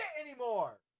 anymore